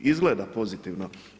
Izgleda pozitivno.